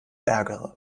ärgere